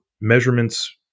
measurements